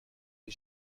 est